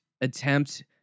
attempt